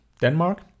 Denmark